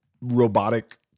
robotic